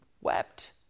wept